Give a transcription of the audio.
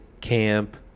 camp